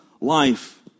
life